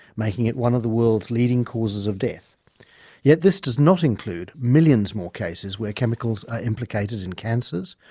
making it one of the world's leading causes of death yet this does not include millions more cases where chemicals are implicated in cancers,